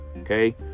Okay